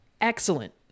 excellent